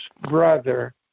brother